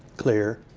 clear,